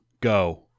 Go